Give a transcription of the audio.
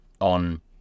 on